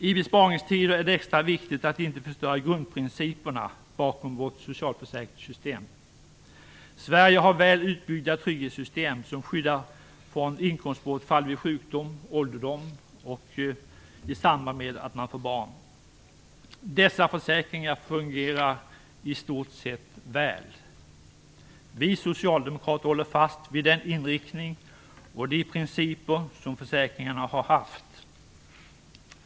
I besparingstider är det extra viktigt att inte förstöra grundprinciperna bakom vårt socialförsäkringssystem. Sverige har väl utbyggda trygghetssystem som skyddar från inkomstbortfall vid sjukdom, ålderdom och i samband med att man får barn. Dessa försäkringar fungerar i stort sett väl. Vi socialdemokrater håller fast vid den inriktning och de principer som försäkringarna har haft.